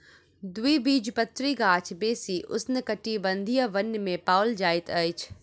द्विबीजपत्री गाछ बेसी उष्णकटिबंधीय वन में पाओल जाइत अछि